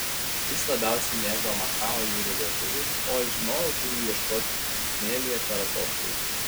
jis labiausiai mėgo makao jūrų liežuvį o aš žinojau kur jų ieškoti smėlyje per atoslūgį